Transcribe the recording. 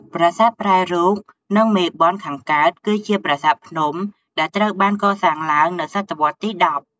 ប្រាសាទប្រែរូប និងមេបុណ្យខាងកើត គឺជាប្រាសាទភ្នំ ដែលត្រូវបានកសាងឡើងនៅសតវត្សរ៍ទី ១០។